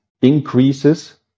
increases